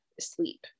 sleep